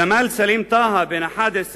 ג'מאל סלים טאהא, בן 11,